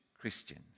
Christians